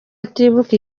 atibuka